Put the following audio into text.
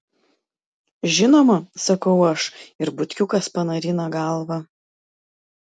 žinoma sakau aš ir butkiukas panarina galvą